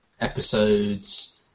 episodes